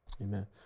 amen